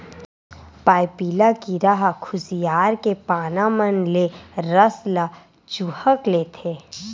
पाइपिला कीरा ह खुसियार के पाना मन ले रस ल चूंहक लेथे